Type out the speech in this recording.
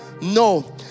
No